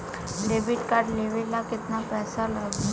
Debit card लेवे ला केतना पईसा लागी?